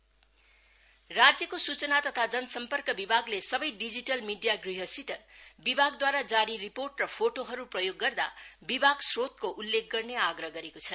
IPR digital media राज्यको सूचना तथा जनसम्पर्क विभागले सबै डिजिटल मीडिया गृहसित विभागद्वारा जारी रिपोर्ट र फोटोहरू प्रयोग गर्दा विभाग स्रोतको उल्लेख गर्ने आग्रह गरेको छ